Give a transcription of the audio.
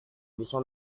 bisa